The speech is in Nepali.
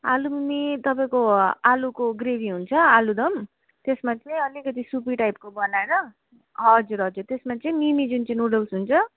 आलु मिमी तपाईँको आलुको ग्रेबी हुन्छ आलुदम त्यसमा चाहिँ अलिकति सुपी टाइपको बनाएर हजुर हजुर त्यसमा चाहिँ मिमी जुन चाहिँ नुडल्स हुन्छ